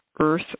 earth